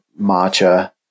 matcha